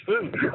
food